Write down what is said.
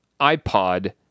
iPod